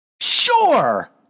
Sure